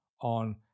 on